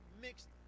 mixed